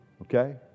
Okay